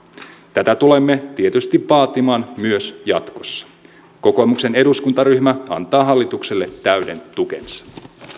tätä tulemme tietysti vaatimaan myös jatkossa kokoomuksen eduskuntaryhmä antaa hallitukselle täyden tukensa